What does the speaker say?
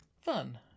fun